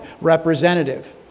representative